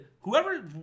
Whoever